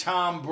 Tom